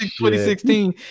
2016